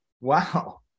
wow